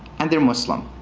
and they're muslim.